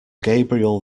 gabriel